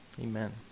Amen